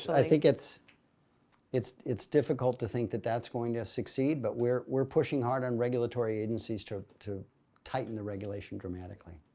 so i think. it's it's difficult to think that that's going to succeed but we're we're pushing hard on regulatory agencies to to tighten the regulation dramatically.